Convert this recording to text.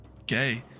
Okay